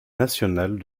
nationale